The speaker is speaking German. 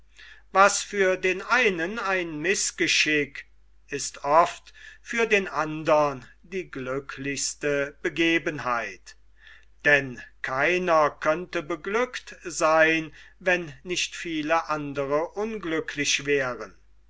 was für den einen ein mißgeschick ist oft für den andern die glücklichste begebenheit denn keiner könnte beglückt seyn wenn nicht viele andre unglücklich wären